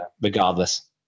regardless